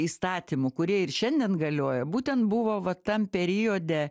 įstatymų kurie ir šiandien galioja būtent buvo va tam periode